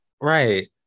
right